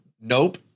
nope